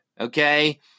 Okay